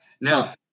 Now